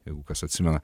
jeigu kas atsimena